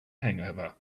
hangover